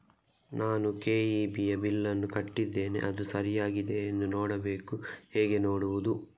ನಾನು ಕೆ.ಇ.ಬಿ ಯ ಬಿಲ್ಲನ್ನು ಕಟ್ಟಿದ್ದೇನೆ, ಅದು ಸರಿಯಾಗಿದೆಯಾ ಎಂದು ನೋಡಬೇಕು ಹೇಗೆ ನೋಡುವುದು?